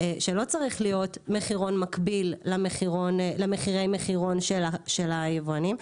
שלא צריך להיות מחירון מקביל למחירי מחירון של היבואנים,